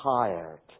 tired